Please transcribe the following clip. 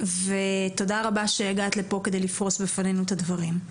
תודה הרבה שהגעת לפה כדי לפרוס בפנינו את הדברים.